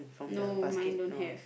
no mine don't have